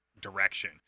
direction